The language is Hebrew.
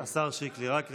סליחה, השר שיקלי, רק רגע.